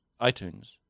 itunes